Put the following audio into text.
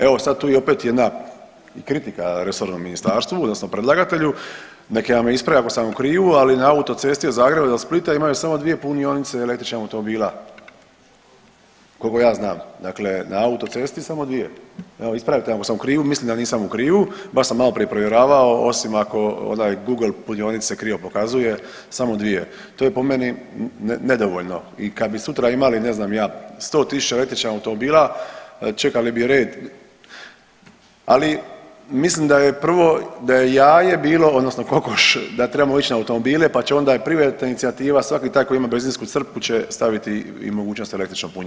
Evo sad tu opet jedna kritika resornom ministarstvu odnosno predlagatelju, neka me ispravi ako sam u krivu, ali na autocesti od Zagreba do Splita imaju samo dvije punionice električnih automobila kolko ja znam, dakle na autocesti samo dvije, evo ispravite me ako sam u krivu, mislim da nisam u krivu, baš sam maloprije provjeravao osim ako onaj google punionice krivo pokazuje, samo dvije, to je po meni nedovoljno i kad bi sutra imali ne znam ja 100 tisuća električnih automobila čekali bi red, ali mislim da je prvo, da je jaje bilo odnosno kokoš da trebamo ić na automobile, pa će onda i privatna inicijativa, svaki taj koji ima privatnu crpku će staviti i mogućnost električnog punjenja.